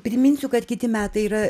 priminsiu kad kiti metai yra